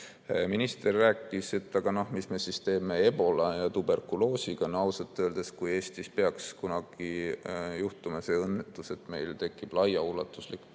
Minister rääkis, et mis me siis teeme ebola ja tuberkuloosiga. No ausalt öeldes, kui Eestis peaks kunagi juhtuma see õnnetus, et meil tekib laiaulatuslik